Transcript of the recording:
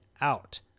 Out